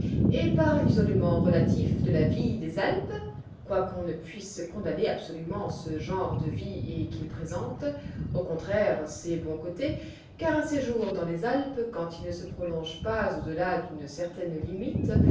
et par l'isolement relatif de la vie des alpes quoique on ne puisse condamner absolument ce genre de vie et qu'il présente au contraire ses bons côtés car un séjour dans les alpes quand il ne se prolonge pas au-delà d'une certaine limite